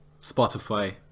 Spotify